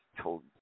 told